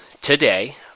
today